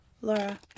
Laura